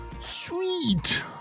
sweet